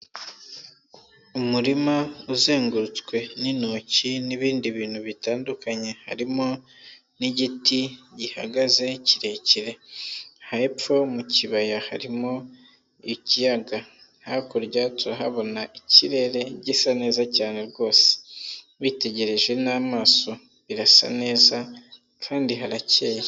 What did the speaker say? Umurima uzengurutswe n'intoki n'ibindi bintu bitandukanye, harimo n'igiti gihagaze kirekire, hepfo mu kibaya harimo ikiyaga, hakurya turahabona ikirere gisa neza cyane rwose, witegereje n'amaso birasa neza kandi harakeye.